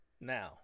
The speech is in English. now